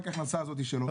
רק ההכנסה הזו שלו,